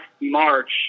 March